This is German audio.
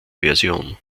version